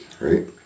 Right